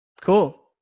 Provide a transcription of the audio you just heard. Cool